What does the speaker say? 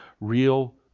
real